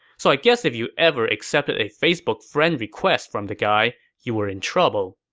so i guess if you ever accepted a facebook friend request from the guy, you were in trouble.